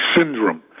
syndrome